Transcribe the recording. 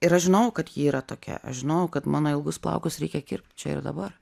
ir aš žinojau kad ji yra tokia aš žinojau kad mano ilgus plaukus reikia kirpt čia ir dabar